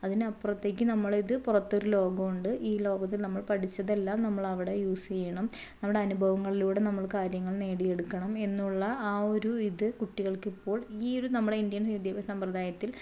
അതിനപ്പുറത്തേക്ക് നമ്മളിത് പുറത്തൊരു ലോകമുണ്ട് ഈ ലോകത്ത് നമ്മൾ പഠിച്ചതെല്ലാം നമ്മൾ അവിടെ യൂസ് ചെയ്യണം നമ്മുടെ അനുഭവങ്ങളിലൂടെ നമ്മള് കാര്യങ്ങൾ നേടിയെടുക്കണം എന്നുള്ള ആ ഒരു ഇത് കുട്ടികൾക്ക് ഇപ്പോൾ ഈയൊരു നമ്മടെ ഇന്ത്യൻ വിദ്യാഭ്യാസ സമ്പ്രദായത്തിൽ